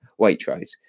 Waitrose